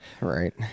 Right